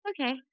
Okay